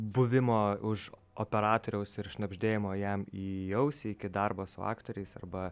buvimo už operatoriaus ir šnabždėjimo jam į ausį iki darbo su aktoriais arba